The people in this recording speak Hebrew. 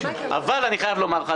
אבל אני חייב לומר לך,